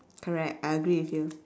correct I agree with you